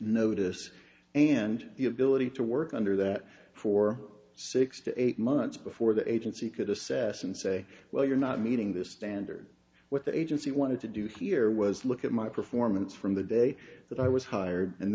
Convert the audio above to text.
notice and the ability to work under that for six to eight months before the agency could assess and say well you're not meeting this standard what the agency wanted to do here was look at my performance from the day that i was hired and